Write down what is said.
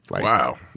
Wow